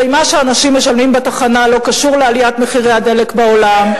הרי מה שאנשים משלמים בתחנה לא קשור לעליית מחירי הדלק בעולם.